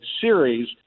series